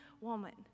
woman